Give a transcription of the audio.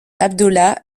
abdullah